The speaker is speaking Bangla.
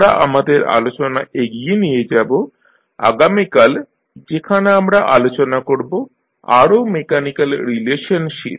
আমরা আমাদের আলোচনা এগিয়ে নিয়ে যাব আগামীকাল যেখানে আমরা আলোচনা করব আরো মেকানিক্যাল রিলেশনশিপ